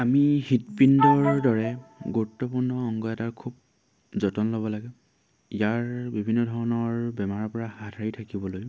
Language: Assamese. আমি হৃদপিণ্ডৰ দৰে গুৰুত্বপূৰ্ণ অংগ এটাৰ খুব যতন ল'ব লাগে ইয়াৰ বিভিন্ন ধৰণৰ বেমাৰৰ পৰা হাত সাৰি থাকিবলৈ